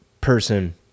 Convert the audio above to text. person